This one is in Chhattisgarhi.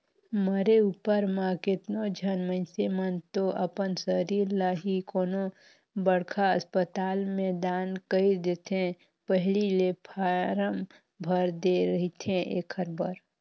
मरे उपर म केतनो झन मइनसे मन तो अपन सरीर ल ही कोनो बड़खा असपताल में दान कइर देथे पहिली ले फारम भर दे रहिथे एखर बर